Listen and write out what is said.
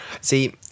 See